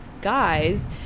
guys